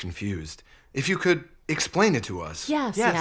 confused if you could explain it to us yeah yeah